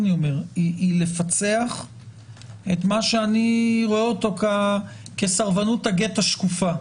לפצח את מה שאני רואה כסרבנות הגט השקופה.